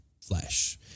flesh